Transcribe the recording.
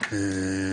בצהריים,